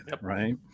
right